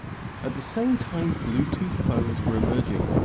at the same time bluetooth phones were emerging,